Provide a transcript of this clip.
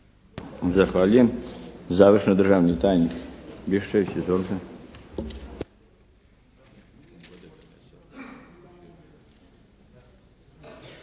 Zahvaljujem. Završno, državni tajnik